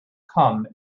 come